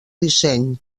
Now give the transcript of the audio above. disseny